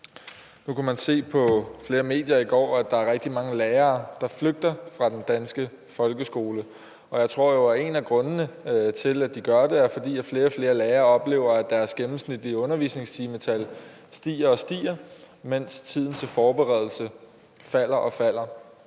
Nu kunne man i flere medier i går se, at der er rigtig mange lærere, der flygter fra den danske folkeskole, og jeg tror jo, at en af grundene til, at de gør det, er, at flere og flere lærere oplever, at deres gennemsnitlige undervisningstimetal stiger og stiger, mens tiden til forberedelse falder og falder.